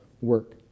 work